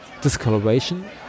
discoloration